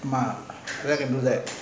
ஆமா:ama that can do that